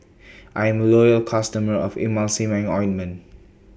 I'm Loyal customer of Emulsying Ointment